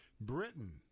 Britain